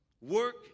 work